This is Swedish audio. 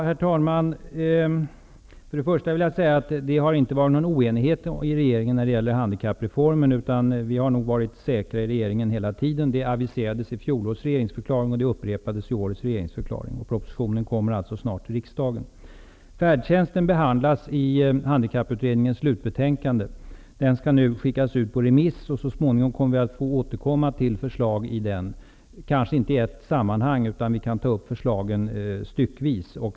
Herr talman! Först vill jag säga att det inte har varit någon oenighet i regeringen om handikappreformen, utan vi har varit säkra hela tiden. Den aviserades i fjolårets regeringsdeklaration, och det upprepades i årets deklaration. Propositionen kommer alltså snart att presenteras för riksdagen. Handikapputredningens slutbetänkande som nu skall skickas ut på remiss. Så småningom kommer vi med förslag, kanske inte i ett sammanhang utan tar upp förslagen styckvis.